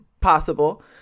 possible